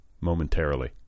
momentarily